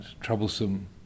troublesome